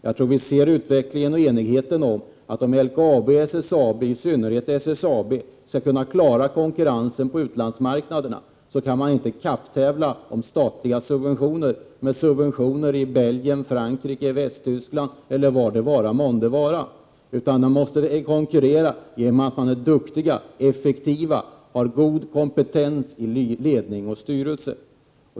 Jag tror att vi kan vara ense om att LKAB och SSAB i synnerhet, för att kunna klara konkurrensen på utlandsmarknaderna, inte skall kapptävla om statliga subventioner med subventioner i Belgien, Frankrike, Västtyskland eller var det vara månne, utan de måste konkurrera med duktighet, effektivitet och god kompetens i ledning och styrelse.